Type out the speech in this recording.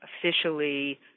officially